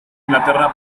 inglaterra